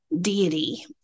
deity